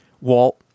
Walt